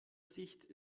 sicht